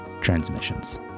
Transmissions